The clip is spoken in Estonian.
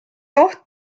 oht